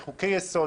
בחוקי היסוד,